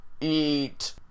eat